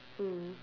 mm